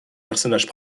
personnages